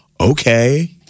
okay